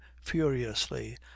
furiously